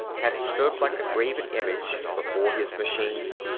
had stood like a graven image before his machine,